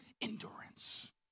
endurance